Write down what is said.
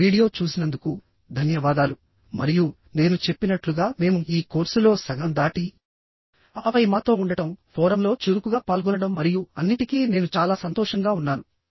ఈ వీడియో చూసినందుకు ధన్యవాదాలు మరియు నేను చెప్పినట్లుగా మేము ఈ కోర్సులో సగం దాటి ఆపై మాతో ఉండటం ఫోరమ్లో చురుకుగా పాల్గొనడం మరియు అన్నింటికీ నేను చాలా సంతోషంగా ఉన్నాను